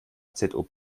zob